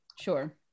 Sure